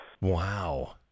Wow